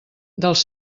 dels